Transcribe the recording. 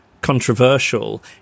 controversial